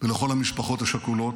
ולכל המשפחות השכולות: